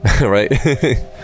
right